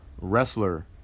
wrestler